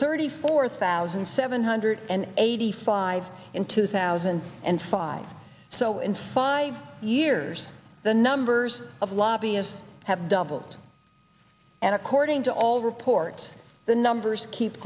thirty four thousand seven hundred and eighty five in two thousand and five so in five years the numbers of lobbyists have doubled and according to all reports the numbers keep